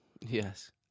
Yes